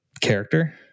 character